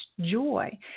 joy